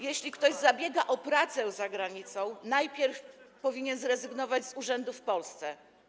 Jeśli ktoś zabiega o pracę za granicą, najpierw powinien zrezygnować z urzędu w Polsce.